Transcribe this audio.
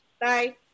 bye